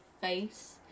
face